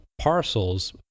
parcels